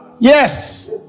Yes